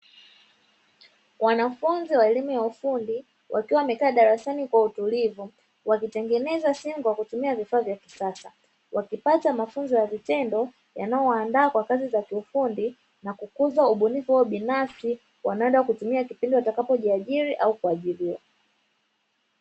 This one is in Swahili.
Wanafunzi wa elimu ya ufundi wakiwa wamekaa darasani kwa utulivu wakitengeneza simu kwa kutumia vifaa vya kisasa. Wakipata mafunzo ya vitendo yanayowaandaa kwa kazi za kiufundi na kukuza ubunifu huo binafsi, wanaoenda kuutumia kipindi watakapojiajiri au kuajiriwa.